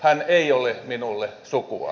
hän ei ole minulle sukua